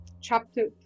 Chapter